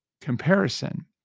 comparison